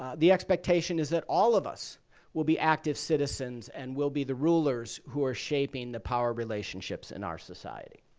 the expectation is that all of us will be active citizens and will be the rulers who are shaping the power relationships in our society.